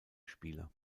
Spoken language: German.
spieler